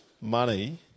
Money